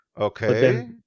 Okay